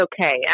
okay